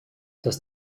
does